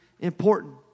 important